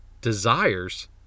desires